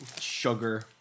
sugar